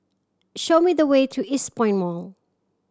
show me the way to Eastpoint Mall